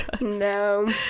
No